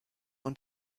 und